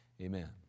Amen